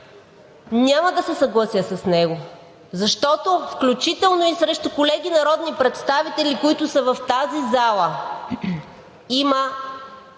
Няма да се съглася с него, защото, включително и срещу колеги народни представители, които са в тази зала, има